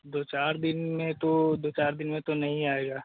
दो चार दिन में तो दो चार दिन में तो नहीं आएगा